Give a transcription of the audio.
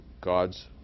God's